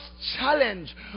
challenge